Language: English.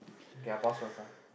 okay I pause first ah